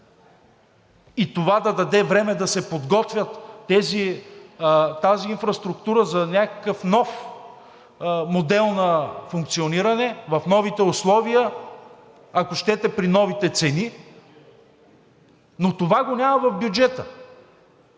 и това да даде време да се подготви тази инфраструктура за някакъв нов модел на функциониране в новите условия, ако щете при новите цени, но това го няма в бюджета.